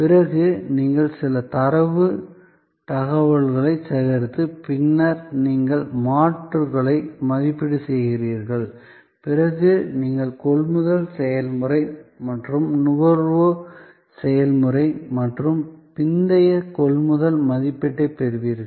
பிறகு நீங்கள் சில தரவுத் தகவலைச் சேகரித்து பின்னர் நீங்கள் மாற்றுகளை மதிப்பீடு செய்கிறீர்கள் பிறகு நீங்கள் கொள்முதல் செயல்முறை மற்றும் நுகர்வு செயல்முறை மற்றும் பிந்தைய கொள்முதல் மதிப்பீட்டைப் பெறுவீர்கள்